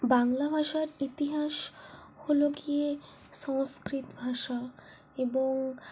বাংলা ভাষার ইতিহাস হল গিয়ে সংস্কৃত ভাষা এবং